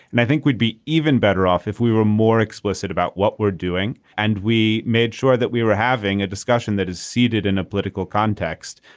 and i think we'd be even better off if we were more explicit about what we're doing and we made sure that we were having a discussion that is seeded in a political context.